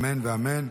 אמן ואמן.